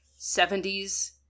70s